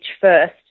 first